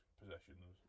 possessions